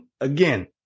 again